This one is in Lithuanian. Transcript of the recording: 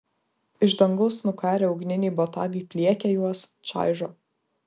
iš dangaus nukarę ugniniai botagai pliekia juos čaižo